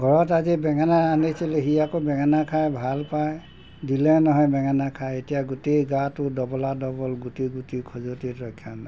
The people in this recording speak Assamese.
ঘৰত আজি বেঙেনা ৰান্ধিছিলে সি আকৌ বেঙেনা খাই ভাল পায় দিলে নহয় বেঙেনা খায় এতিয়া গোটেই গাটো ডবলা ডবল গুটি গুটি খজতিত ৰক্ষা নাই